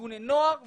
לארגוני נוער וכו',